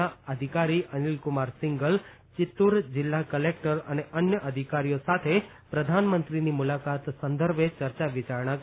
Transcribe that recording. ના અધિકારી અનીલકુમાર સીંધલ ચીતુર જીલ્લા કલેક્ટર અને અન્ય અધિકારીઓ સાથે પ્રધાનમંત્રીની મુલાકાત સંદર્ભે ચર્ચા વિચારણા કરી હતી